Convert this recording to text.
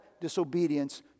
disobedience